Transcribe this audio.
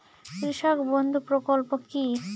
কৃষক বন্ধু প্রকল্প কি?